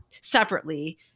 separately